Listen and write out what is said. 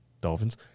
Dolphins